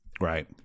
Right